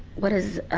what is. ah,